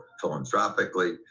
philanthropically